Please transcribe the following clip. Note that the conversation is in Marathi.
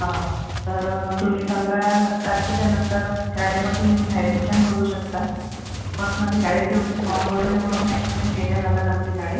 हा तर तुम्ही पंधरा तारखेच्या नंतर शाळेमध्ये येऊन ॲडमिशन करू शकता पर्सनली शाळेत येऊन फॉर्म वगैरे भरून ॲडमिशन केल्या जातात आमच्या शाळेत